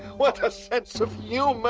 what a sense of humor.